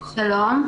שלום.